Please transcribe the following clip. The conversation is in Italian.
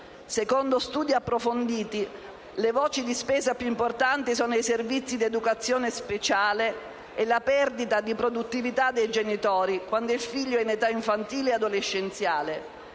Secondo studi approfonditi, le voci di spesa più importanti sono i servizi di educazione speciale e la perdita di produttività dei genitori quando il figlio è in età infantile e adolescenziale,